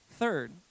Third